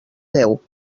deu